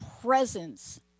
presence